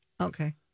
Okay